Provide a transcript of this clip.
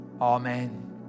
Amen